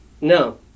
No